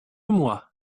moi